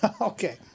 Okay